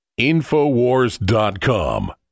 InfoWars.com